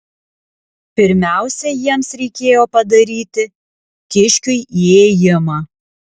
pirmiausia jiems reikėjo padaryti kiškiui įėjimą